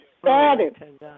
Started